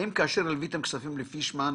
האם כאשר הלוויתם כספים לפישמן,